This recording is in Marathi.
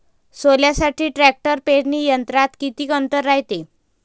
सोल्यासाठी ट्रॅक्टर पेरणी यंत्रात किती अंतर रायते?